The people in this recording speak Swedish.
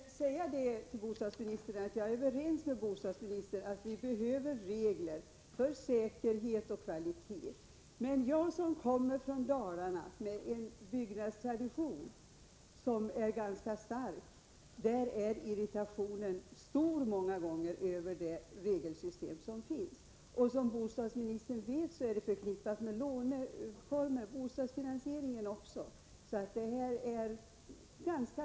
Herr talman! Jag vill till bostadsministern säga att jag är överens med honom om att vi behöver regler för säkerhet och kvalitet. Jag kommer ifrån Dalarna, som har en stark byggnadstradition, och där är irritationen stor över det regelsystem som finns. Som bostadsministern vet hänger bostadsfinan sieringen också samman med låneformerna.